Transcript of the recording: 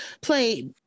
play